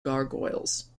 gargoyles